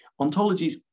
Ontologies